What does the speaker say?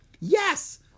Yes